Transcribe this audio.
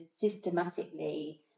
systematically